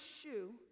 shoe